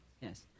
Yes